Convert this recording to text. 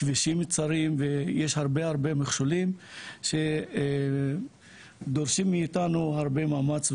כבישים צרים ויש הרבה הרבה מכשולים שדרושים מאיתנו הרבה מאמץ,